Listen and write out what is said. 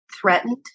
threatened